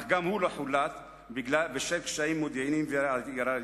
אך גם הוא לא חולט בשל כשלים מודיעיניים וראייתיים.